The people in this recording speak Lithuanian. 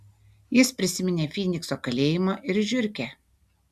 jis prisiminė fynikso kalėjimą ir žiurkę